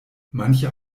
manche